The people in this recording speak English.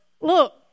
look